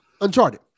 Uncharted